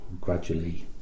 gradually